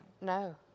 No